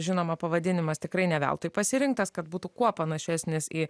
žinoma pavadinimas tikrai ne veltui pasirinktas kad būtų kuo panašesnis į